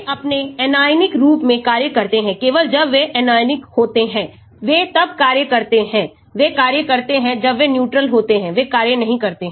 वे अपने anionic रूप में कार्य करते हैं केवल जब वे आयनिक होते हैं वे तब कार्य करते हैं वे कार्य करते हैं जब वे न्यूट्रल होते हैं वे कार्य नहीं करते